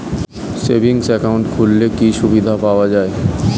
Savings account খুললে কি সুবিধা পাওয়া যায়?